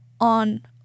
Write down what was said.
on